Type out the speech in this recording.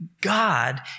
God